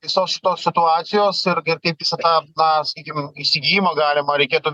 visos šitos situacijos ar kaip visą tą na sakykim įsigijimą galima reikėtų